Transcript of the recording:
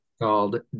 called